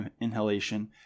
inhalation